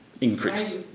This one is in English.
increase